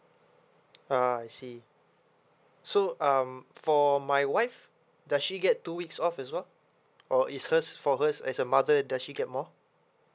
ah I see so um for my wife does she get two weeks off as well or is hers for her as a mother does she get more